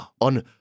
on